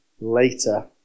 later